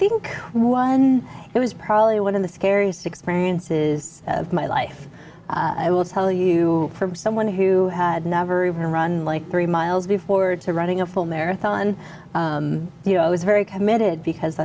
then it was probably one of the scariest experiences of my life i will tell you from someone who had never even run like three miles before to running a full marathon you know i was very committed because